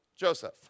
Joseph